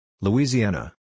Louisiana